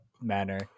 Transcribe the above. manner